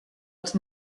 els